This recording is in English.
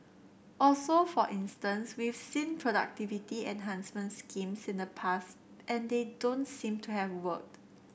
also for instance we've seen productivity enhancement schemes in the past and they don't seem to have worked